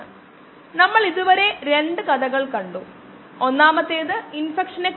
ഞാൻ ഇവിടെ പൂർണ്ണ സ്ക്രീൻ ആക്കട്ടെ